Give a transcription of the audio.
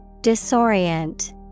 Disorient